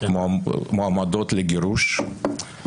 אשר מועמדות לגירוש.